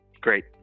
Great